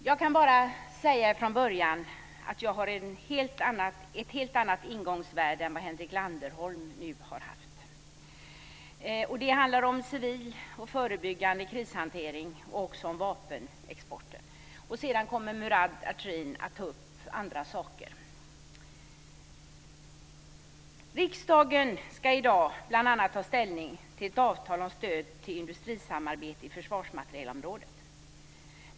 Fru talman! Jag kan från början säga att jag har en helt annan infallsvinkel än vad Henrik Landerholm har haft. Den handlar om civil och förebyggande krishantering och vapenexporten. Sedan kommer Murad Artin att ta upp andra saker. Riksdagen ska i dag bl.a. ta ställning till ett avtal om stöd till industrisamarbete inom försvarsmaterielområdet.